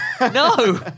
no